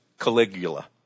Caligula